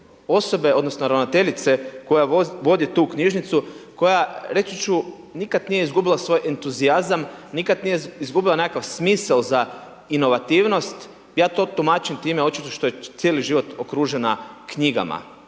osobe odnosno, ravnateljice koja vodi tu knjižnicu, koja reći ću nikada nije izgubila svoj entuzijazam, nikada nije izgubila nekakav smisao za inovativnost ja to tumačim time očito što je cijeli život okružena knjigama,